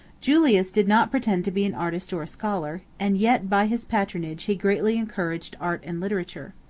julius did not pretend to be an artist or a scholar, and yet by his patronage he greatly encouraged art and literature.